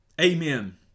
Amen